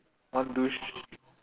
want loose